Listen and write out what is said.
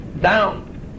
down